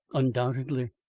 undoubtedly.